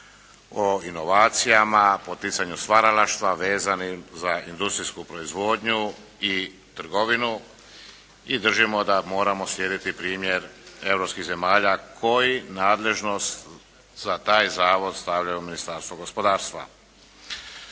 o inovacijama, poticanju stvaralaštva vezanim za industrijsku proizvodnju i trgovinu. I držimo da moramo slijediti primjer europskih zemalja koji nadležnost za taj zavod stavljaju u Ministarstvo gospodarstva.